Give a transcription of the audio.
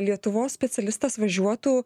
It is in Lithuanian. lietuvos specialistas važiuotų